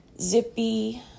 Zippy